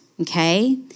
okay